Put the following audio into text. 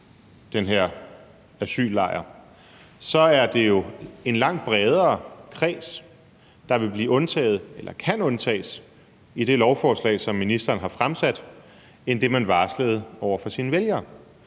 den her asyllejr, så er det jo en langt bredere kreds, der kan undtages i det lovforslag, som ministeren har fremsat, end det, man varslede over for sine vælgere.